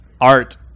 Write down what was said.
Art